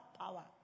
power